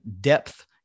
depth